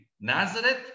Nazareth